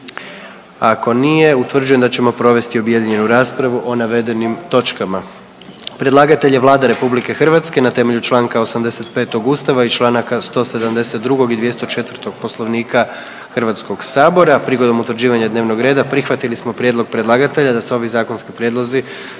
Ako nije utvrđujem da ćemo provesti objedinjenu raspravu o navedenim točkama. Predlagatelj je Vlada RH na temelju čl. 85. Ustava i čl. 172. i 204. Poslovnika HS-a. Prigodom utvrđivanja dnevnog reda prihvatili smo prijedlog predlagatelja da se ovi zakonski prijedlozi